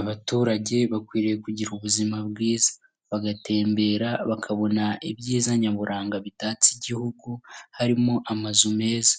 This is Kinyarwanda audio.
Abaturage bakwiriye kugira ubuzima bwiza. Bagatembera bakabona ibyiza nyaburanga bitatse igihugu, harimo amazu meza.